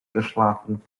geschlafen